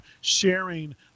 sharing